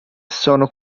sono